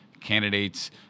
candidates